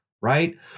right